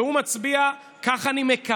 והוא מצביע, כך אני מקווה,